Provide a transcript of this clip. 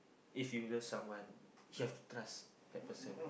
if you love someone you have to trust that person